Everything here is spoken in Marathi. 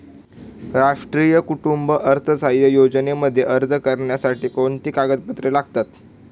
राष्ट्रीय कुटुंब अर्थसहाय्य योजनेमध्ये अर्ज करण्यासाठी कोणती कागदपत्रे लागतात?